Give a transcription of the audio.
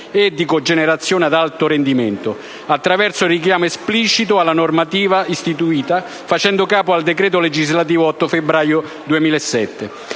e di «cogenerazione ad alto rendimento», il richiamo esplicito alla normativa istituita, facendo capo al decreto legislativo 8 febbraio 2007,